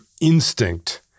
instinct